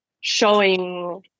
showing